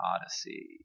Odyssey